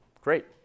Great